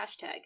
hashtag